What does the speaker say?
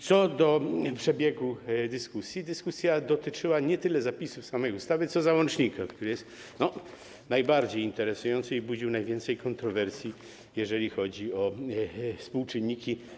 Co do przebiegu dyskusji, to dotyczyła ona nie tyle zapisów samej ustawy, co załącznika, który jest najbardziej interesujący i budził najwięcej kontrowersji, jeżeli chodzi o współczynniki.